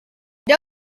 and